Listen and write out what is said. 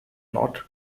not